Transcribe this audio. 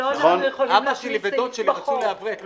אבא שלי ודוד שלי רצו לעברת,